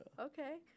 Okay